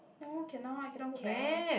no cannot cannot go back